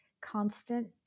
constant